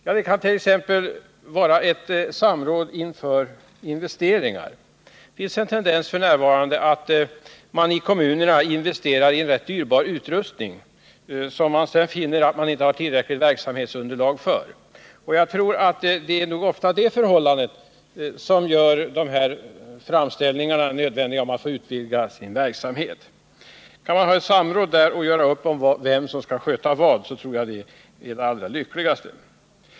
Ja, det kan t.ex. vara ett samråd inför investeringar. Det finns f. n. i kommunerna en tendens att investera pengar i rätt dyrbar utrustning, som man sedan kanske finner att man inte har tillräckligt verksamhetsunderlag för. Det är nog ofta det förhållandet som gör framställningarna om att få utvidga verksamheten nödvändiga. Kan man ha ett samråd där och göra upp om vem som skall sköta vad, så tror jag det är det allra lyckligaste.